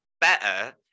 better